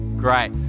Great